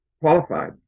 qualified